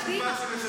קדימה.